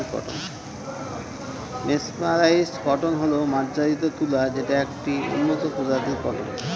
mesmerised cotton হল মার্জারিত তুলা যেটা একটি উন্নত প্রজাতির কটন